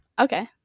Okay